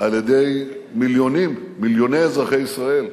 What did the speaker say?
על-ידי מיליונים, מיליוני אזרחי ישראל.